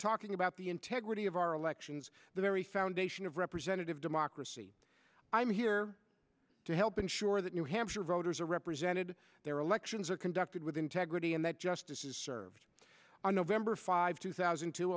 talking about the integrity of our elections the very foundation of representative democracy i'm here to help ensure that new hampshire voters are represented their elections are conducted with integrity and that justice is served on november five two thousand t